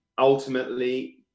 Ultimately